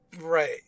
Right